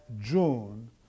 June